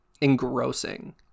engrossing